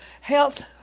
health